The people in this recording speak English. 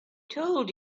told